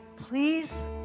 please